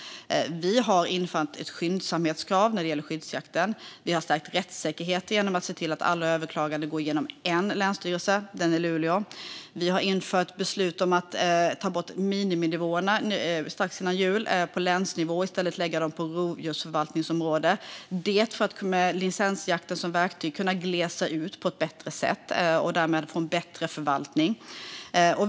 Vi har infört ett skyndsamhetskrav när det gäller skyddsjakten. Vi har stärkt rättssäkerheten genom att se till att alla överklaganden går genom en länsstyrelse, den i Luleå. Vi fattade strax innan jul beslut om att ta bort miniminivåerna på länsnivå och i stället lägga dem på rovdjursförvaltningsområden, detta för att med licensjakten som verktyg kunna glesa ut på ett bättre sätt och därmed få en bättre förvaltning.